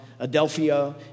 adelphia